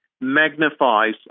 magnifies